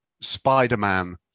Spider-Man